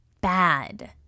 bad